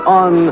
on